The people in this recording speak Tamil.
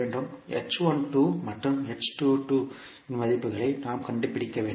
மற்றும் இன் மதிப்புகளை நாம் கண்டுபிடிக்க வேண்டும்